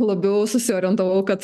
labiau susiorientavau kad